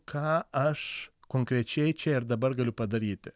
ką aš konkrečiai čia ir dabar galiu padaryti